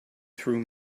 through